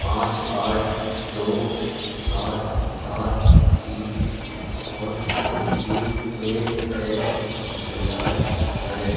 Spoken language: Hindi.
पाँच आठ दो सात सात तीन और यू ए एन तैयार है